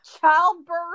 childbirth